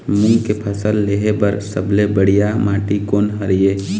मूंग के फसल लेहे बर सबले बढ़िया माटी कोन हर ये?